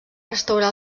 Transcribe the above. restaurar